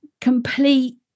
complete